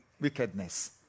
wickedness